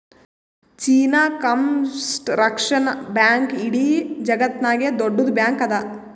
China construction bank ಇಡೀ ಜಗತ್ತನಾಗೆ ದೊಡ್ಡುದ್ ಬ್ಯಾಂಕ್ ಅದಾ